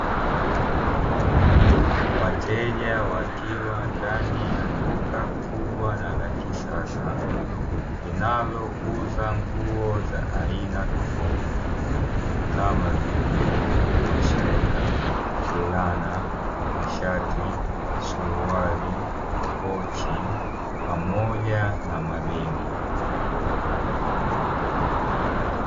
Wateja wakiwa ndani ya duka kubwa na la kisasa, linalouza nguo za aina tofauti kama vile: masweta, fulana, mashati, suruali, pochi pamoja na mabegi.